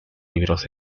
libros